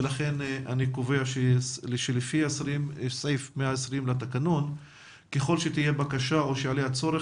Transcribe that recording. ולכן אני קובע שלפי סעיף 120 לתקנון ככל שתהיה בקשה או שיהיה צורך,